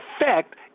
effect